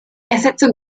ersetze